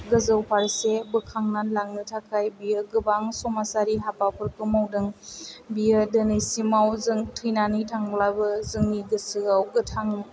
गोजौ फारसे बोखांनानै लांनो थाखाय बियो गोबां समाजारि हाबाफोरखौ मावदों बियो दिनैसिमाव जों थैनानै थांब्लाबो जोंनि गोसोयाव गोथाङै